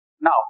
Now